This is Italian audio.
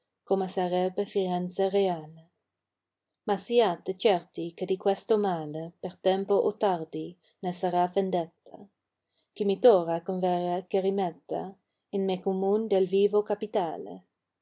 come sarebbe firenze reale ma siate certi che di questo male per tempo o tardi ne sarà tendetta chi mi torrà converrà che rimetta in me comun del irio capitale